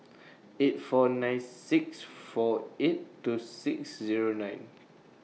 eight four nine six four eight two six Zero nine